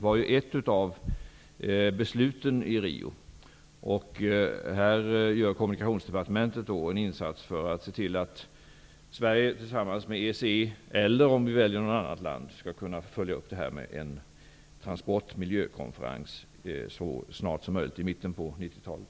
Det var ett av besluten i Rio. Här gör Kommunikationsdepartementet en insats för att se till att Sverige tillsammans med EEC, eller om vi väljer något annat land, skall kunna följa upp med en transport och miljökonferens så snart som möjligt, dvs. i mitten av 90-talet.